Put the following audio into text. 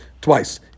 twice